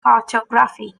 cartography